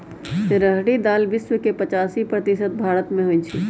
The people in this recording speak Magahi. रहरी दाल विश्व के पचासी प्रतिशत भारतमें होइ छइ